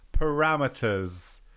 parameters